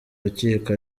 rukiko